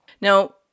Now